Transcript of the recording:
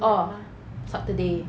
orh saturday